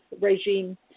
regime